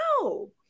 no